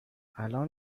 الان